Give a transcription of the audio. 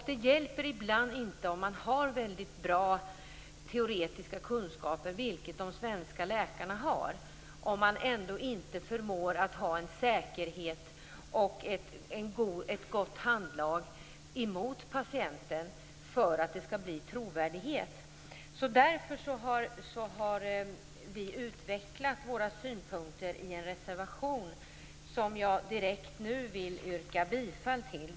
Det hjälper ibland inte att man har väldigt bra teoretiska kunskaper, vilket de svenska läkarna har, om man ändå inte har en säkerhet och ett gott handlag gentemot patienten. Först då blir man trovärdig. Därför har vi utvecklat våra synpunkter i en reservation, som jag direkt vill yrka bifall till.